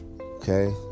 Okay